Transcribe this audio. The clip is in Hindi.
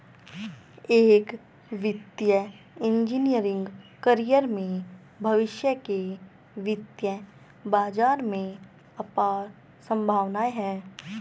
एक वित्तीय इंजीनियरिंग कैरियर में भविष्य के वित्तीय बाजार में अपार संभावनाएं हैं